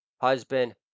Husband